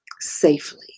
safely